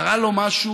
קרה לו משהו.